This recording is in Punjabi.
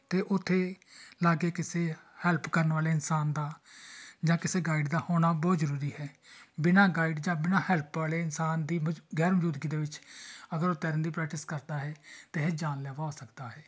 ਅਤੇ ਉੱਥੇ ਲਾਗੇ ਕਿਸੇ ਹੈਲਪ ਕਰਨ ਵਾਲੇ ਇਨਸਾਨ ਦਾ ਜਾਂ ਕਿਸੇ ਗਾਈਡ ਦਾ ਹੋਣਾ ਬਹੁਤ ਜ਼ਰੂਰੀ ਹੈ ਬਿਨਾਂ ਗਾਈਡ ਜਾਂ ਬਿਨਾਂ ਹੈਲਪ ਵਾਲੇ ਇਨਸਾਨ ਦੀ ਮਜ ਗੈਰ ਮੌਜੂਦਗੀ ਦੇ ਵਿੱਚ ਅਗਰ ਉਹ ਤੈਰਨ ਦੀ ਪ੍ਰੈਕਟਿਸ ਕਰਦਾ ਹੈ ਤਾਂ ਇਹ ਜਾਨਲੇਵਾ ਹੋ ਸਕਦਾ ਹੈ